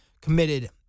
committed